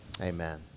amen